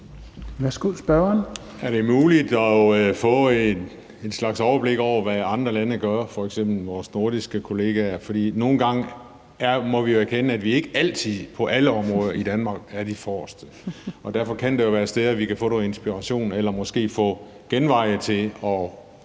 Juhl (EL): Er det muligt at få en slags overblik over, hvad andre lande gør, f.eks. vores nordiske kollegaer? For nogle gange må vi jo erkende, at vi ikke altid på alle områder er forrest i Danmark, og derfor kan der jo være steder, vi kan få noget inspiration eller måske få genveje til at